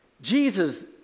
Jesus